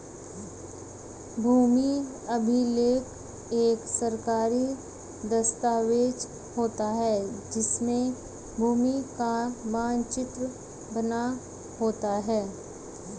भूमि अभिलेख एक सरकारी दस्तावेज होता है जिसमें भूमि का मानचित्र बना होता है